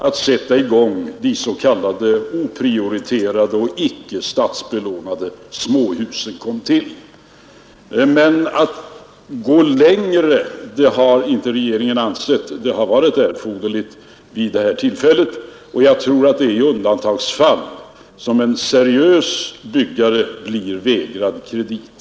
Att gå längre än så har regeringen dock inte ansett vara erforderligt vid detta tillfälle, och jag tror som sagt att det i dagens läge bara är i undantagsfall som en seriös byggare blir vägrad kredit.